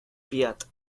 пять